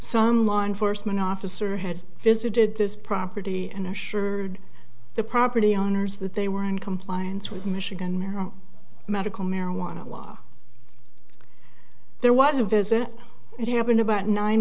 some law enforcement officer had visited this property and assured the property owners that they were in compliance with michigan mero medical marijuana law there was a visit it happened about nine